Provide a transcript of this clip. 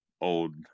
old